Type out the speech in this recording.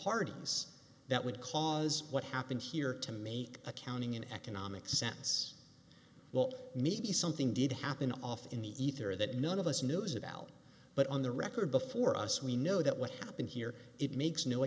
pardons that would cause what happened here to make accounting an economic sense well maybe something did happen off in the ether that none of us knows about but on the record before us we know that what happened here it makes n